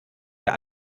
wir